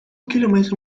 kilometer